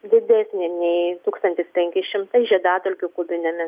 didesnė nei tūkstantis penki šimtai žiedadulkių kubiniame